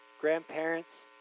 grandparents